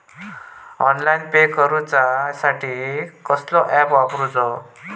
Online pay करूचा साठी कसलो ऍप वापरूचो?